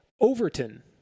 Overton